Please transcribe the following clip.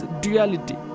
duality